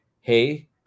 hey